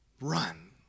Run